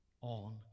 on